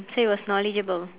so it was knowledgeable